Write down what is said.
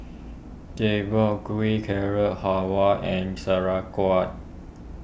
Gui Carrot Halwa and Sauerkraut